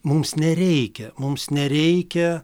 mums nereikia mums nereikia